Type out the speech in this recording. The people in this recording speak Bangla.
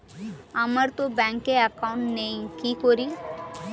আমারতো ব্যাংকে একাউন্ট নেই কি করি?